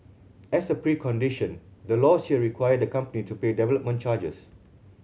as a precondition the laws here require the company to pay development charges